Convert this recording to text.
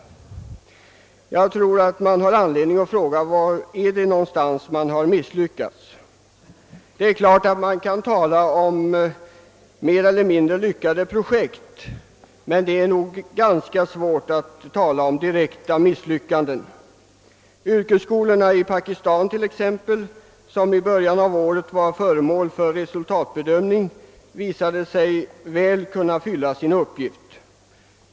Jag tror att man har anledning att fråga: Var någonstans har den misslyckats? Det är klart att man kan tala om mer eller mindre lyckade projekt, men det är nog ganska svårt att tala om direkta misslyckanden. Yrkesskolorna i Pakistan t.ex., som i början av året var föremål för resultatbedömning, visar sig väl kunna fylla sin uppgift.